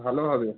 ভালো হবে